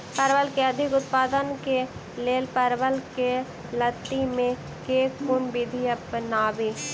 परवल केँ अधिक उत्पादन केँ लेल परवल केँ लती मे केँ कुन विधि अपनाबी?